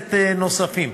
כנסת נוספים: